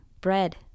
bread